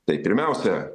tai pirmiausia